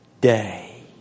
day